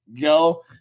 Go